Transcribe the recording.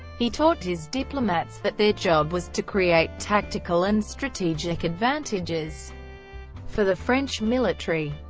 he taught his diplomats that their job was to create tactical and strategic advantages for the french military.